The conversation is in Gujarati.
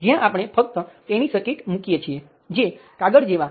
હવે આપણે જાણીએ છીએ કે Vx એ R13 માંથી કરંટનો R13 ગણો છે જે i1 i3 છે